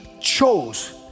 chose